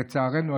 לצערנו,